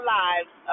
lives